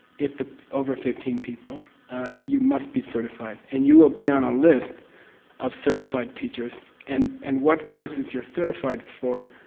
if it's over fifteen people you must be certified and you will be on a list of certified teachers, and and what courses you're certified for,